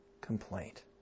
complaint